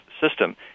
system